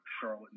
Charlotte